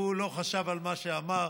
והוא לא חשב על מה שאמר.